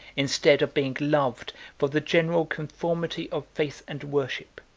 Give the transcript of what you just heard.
instead of being loved for the general conformity of faith and worship,